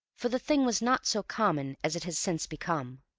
for the thing was not so common as it has since become.